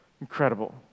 Incredible